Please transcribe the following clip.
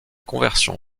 conversion